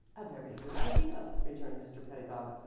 a very good idea, returned mr. pedagog.